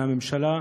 מהממשלה,